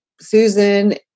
Susan